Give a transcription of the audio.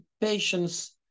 patients